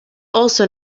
also